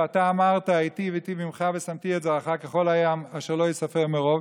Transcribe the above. "ואתה אמרת היטב איטיב עמך ושמתי את זרעך כחול הים אשר לא יספר מרב",